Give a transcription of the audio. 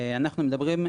אנחנו מדברים,